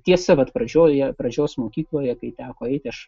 tiesa vat pradžioje pradžios mokykloje kai teko eiti aš